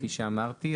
כפי שאמרתי,